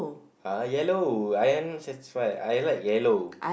ah yellow I am satisfied I like yellow